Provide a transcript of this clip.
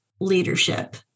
leadership